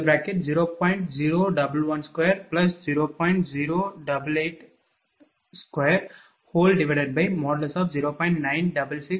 இதேபோல் QLoss2x×P2Q2| V|20